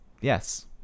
yes